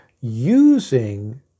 using